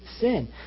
sin